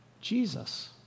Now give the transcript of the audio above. Jesus